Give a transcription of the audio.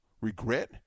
regret